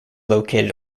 located